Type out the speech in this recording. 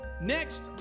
next